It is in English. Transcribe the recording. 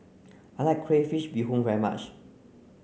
I like Crayfish Beehoon very much